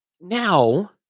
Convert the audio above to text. now